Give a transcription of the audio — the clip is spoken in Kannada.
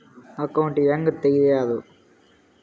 ಅಕೌಂಟ್ ಹ್ಯಾಂಗ ತೆಗ್ಯಾದು?